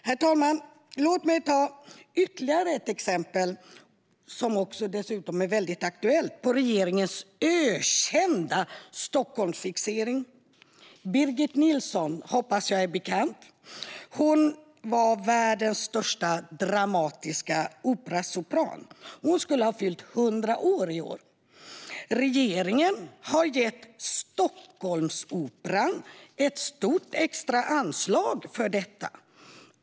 Herr talman! Låt mig ta ytterligare ett exempel, som dessutom är väldigt aktuellt, på regeringens ökända Stockholmsfixering. Jag hoppas att Birgit Nilsson är bekant. Hon var världens största dramatiska operasopran. Hon skulle ha fyllt 100 år i år. Regeringen har gett Stockholmsoperan ett stort extra anslag för detta.